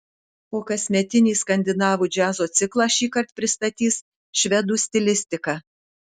o kasmetinį skandinavų džiazo ciklą šįkart pristatys švedų stilistika